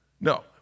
No